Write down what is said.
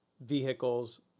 vehicles